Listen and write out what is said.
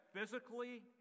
physically